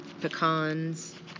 pecans